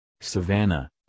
Savannah